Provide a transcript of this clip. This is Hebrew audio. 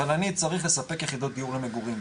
אבל אני צריך לספק יחידות דיור למגורים.